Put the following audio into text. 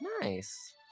Nice